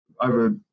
over